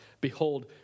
behold